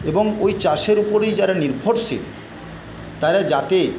এবং ওই চাষের ওপরেই যারা নির্ভরশীল তারা যাতে